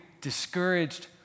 discouraged